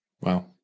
Wow